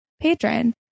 patron